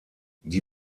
die